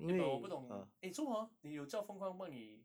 eh but 我不懂 eh 做么 hor 你有叫 feng kuang 帮你